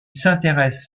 s’intéresse